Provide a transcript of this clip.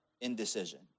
indecision